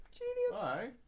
Hi